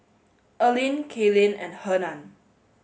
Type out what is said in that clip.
Earlene Kaylyn and Hernan